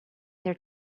their